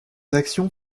actions